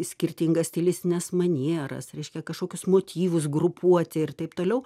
skirtingas stilistines manieras reiškia kažkokius motyvus grupuoti ir taip toliau